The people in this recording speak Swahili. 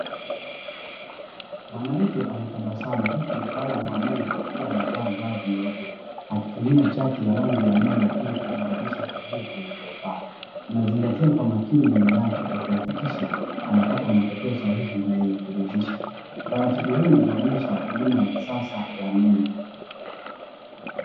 Mwanamke anatabasamu huku mtaalamu wa meno akiwa amevaa glavu nyeupe, akitumia chati ya rangi ya meno ili kulinganisha kivuli kinachofaa. Anazingatia kwa makini meno yake, akihakikisha anapata matokeo sahihi na yenye kuridhisha. Utaratibu huu unaonyesha huduma ya kisasa ya meno.